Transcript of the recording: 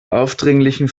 aufdringlichen